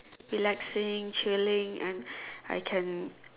relaxing chilling and I can